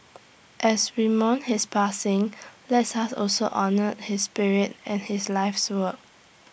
as we mourn his passing lets us also honour his spirit and his life's work